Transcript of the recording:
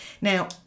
Now